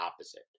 opposite